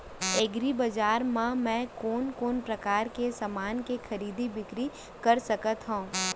एग्रीबजार मा मैं कोन कोन परकार के समान के खरीदी बिक्री कर सकत हव?